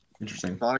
Interesting